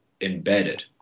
embedded